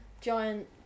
giant